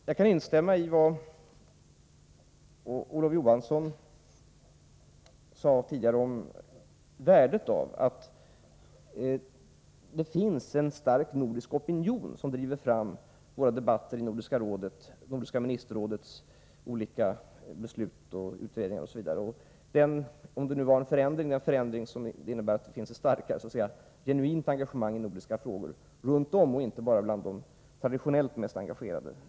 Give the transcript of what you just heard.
Jag kan instämma i vad Olof Johansson tidigare sade om värdet av att det finns en stark nordisk opinion som driver fram våra debatter i Nordiska rådet samt Nordiska ministerrådets olika beslut och utredningar. Om det är en förändring innebär det att det finns ett genuint engagemang i nordiska frågor inte bara bland de traditionellt mest engagerade.